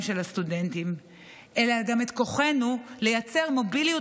של הסטודנטים אלא גם את כוחנו לייצר מוביליות